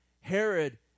Herod